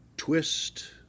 Twist